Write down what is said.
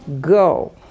Go